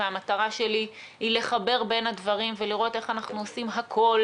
המטרה שלי היא לחבר בין הדברים ולראות איך אנחנו עושים הכול